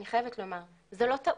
אני חייבת לומר, זאת לא טעות.